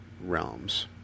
realms